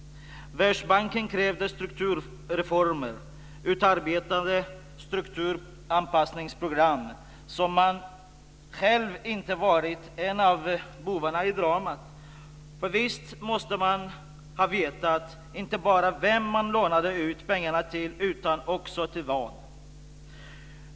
Världsbanken krävde strukturreformer och utarbetade strukturanpassningsprogram, som om den själv inte varit en av bovarna i dramat. För visst måste man ha vetat inte bara till vem man lånade ut pengarna utan också till vad.